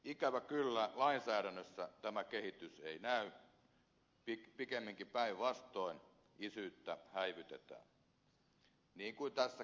ikävä kyllä lainsäädännössä tämä kehitys ei näy pikemminkin päinvastoin isyyttä häivytetään niin kuin tässäkin tilanteessa